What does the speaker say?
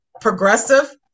progressive